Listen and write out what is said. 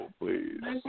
please